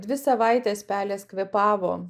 dvi savaites pelės kvėpavo